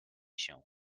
się